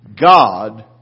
God